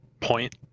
point